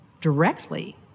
directly